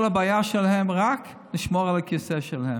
כל הבעיה שלהם היא רק לשמור על הכיסא שלהם.